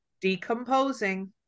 decomposing